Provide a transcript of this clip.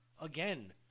again